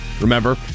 remember